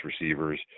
receivers